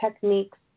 techniques